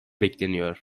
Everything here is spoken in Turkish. bekleniyor